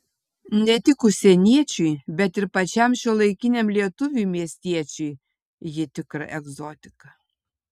ne tik užsieniečiui bet ir pačiam šiuolaikiniam lietuviui miestiečiui ji tikra egzotika